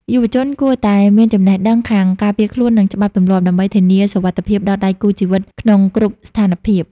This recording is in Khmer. យុវជនគួរតែ "មានចំណេះដឹងខាងការពារខ្លួន និងច្បាប់ទម្លាប់" ដើម្បីធានាសុវត្ថិភាពដល់ដៃគូជីវិតក្នុងគ្រប់ស្ថានភាព។